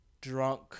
drunk